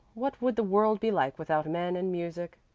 what would the world be like without men and music?